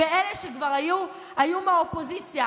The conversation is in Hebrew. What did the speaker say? ואלה שכבר היו, היו מהאופוזיציה.